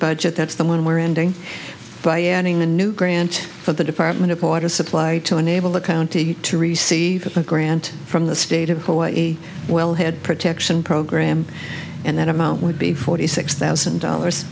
budget that's the one we're ending by adding a new grant for the department of water supply to enable the county to receive a grant from the state of hawaii wellhead protection program and that amount would be forty six thousand dollars